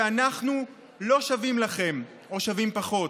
שאנחנו לא שווים לכם, או שווים פחות.